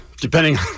Depending